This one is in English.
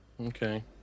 Okay